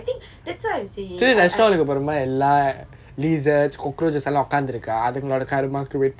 that's what I'm saying I I